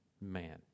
man